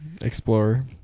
Explorer